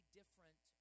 different